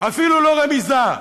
אפילו לא רמיזה,